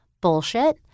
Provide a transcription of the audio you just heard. bullshit